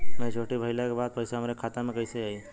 Maturity भईला के बाद पईसा हमरे खाता में कइसे आई?